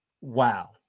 wow